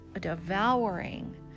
devouring